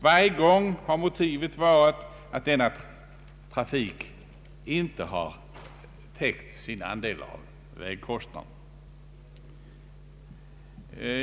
Varje gång har motivet varit att denna trafik inte täckt sin andel av vägkostnaderna.